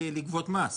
זה לא כלכלי ולא מסחרי,